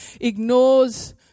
ignores